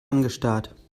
angestarrt